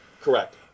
Correct